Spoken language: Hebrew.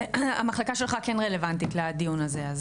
המחלקה שלך כן רלוונטית לדיון הזה.